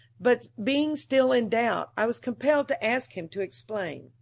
but being still in doubt, i was compelled to ask him to explain.